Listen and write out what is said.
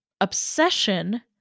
obsession